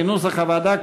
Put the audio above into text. כנוסח הוועדה,